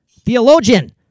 theologian